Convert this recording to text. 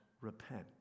repent